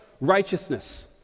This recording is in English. righteousness